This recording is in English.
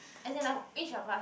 as in like each of us